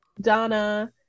Donna